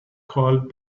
called